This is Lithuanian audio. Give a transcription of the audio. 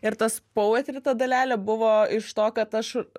ir tas poetry ta dalelė buvo iš to kad aš